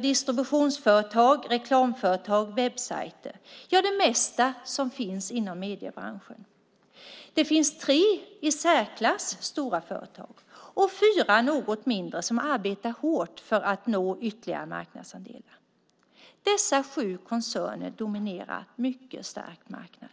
distributionsföretag, reklamföretag och webbsajter - det mesta som finns inom mediebranschen. Det finns tre företag som är de i särklass största och fyra något mindre som arbetar hårt för att nå ytterligare marknadsandelar. Dessa sju koncerner dominerar mycket starkt marknaden.